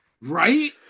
Right